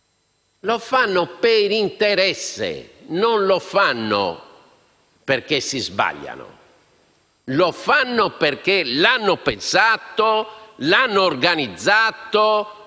lo fanno per interesse, e non perché si sbagliano; lo fanno perché l'hanno pensato, l'hanno organizzato